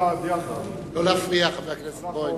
ראאד יחד, לא להפריע, חבר הכנסת בוים.